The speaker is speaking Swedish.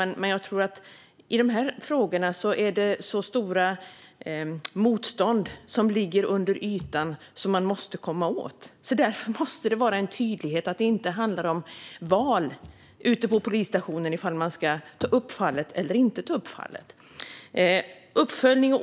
Men jag tror att i de här frågorna är det så stora motstånd som ligger under ytan och som man måste komma åt att det måste vara tydligt att det inte handlar om ett val på polisstationen om man ska ta upp fallet eller inte ta upp fallet.